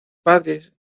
padres